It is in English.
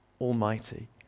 Almighty